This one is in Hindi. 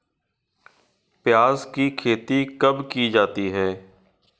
प्याज़ की खेती कब की जाती है?